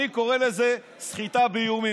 אני קורא לזה סחיטה באיומים,